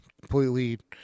completely